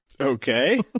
Okay